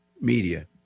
media